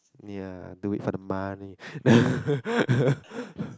ya do it for the money